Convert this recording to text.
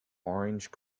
orange